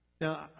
Now